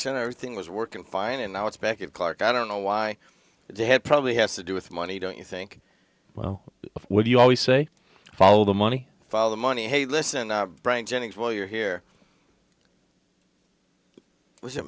center thing was working fine and now it's back it clark i don't know why they had probably has to do with money don't you think well would you always say follow the money follow the money hey listen frank jennings while you're here was i